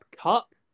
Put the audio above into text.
Cup